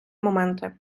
моменти